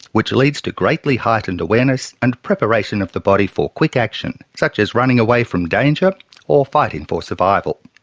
which leads to greatly heightened awareness and preparation of the body for quick action such as running away from danger or fighting for survival.